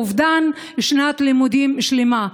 זה בעניין של אובדן שנת לימודים שלמה.